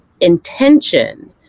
intention